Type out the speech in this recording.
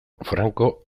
franco